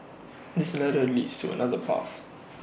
this ladder leads to another path